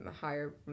higher